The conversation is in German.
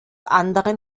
anderen